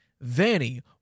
Vanny